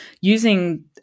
using